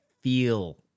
feel